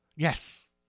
Yes